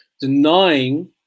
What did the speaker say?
denying